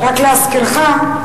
רק להזכירך,